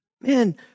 Man